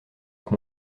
avec